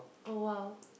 oh !wow!